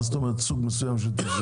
מה זאת אומרת, סוג מסוים של תפזורת?